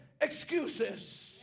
excuses